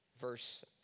verse